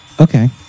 Okay